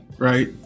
Right